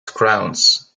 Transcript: crowns